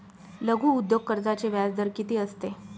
लघु उद्योग कर्जाचे व्याजदर किती असते?